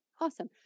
Awesome